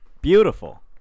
Beautiful